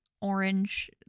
orange